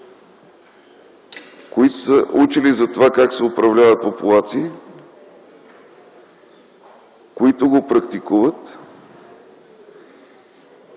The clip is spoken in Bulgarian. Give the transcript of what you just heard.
които са учили как се управляват популации, които го практикуват